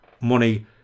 money